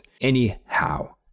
Anyhow